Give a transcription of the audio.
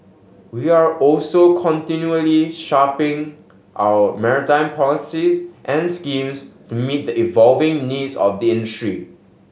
we are also continually sharpening our maritime policies and schemes to meet the evolving needs of the industry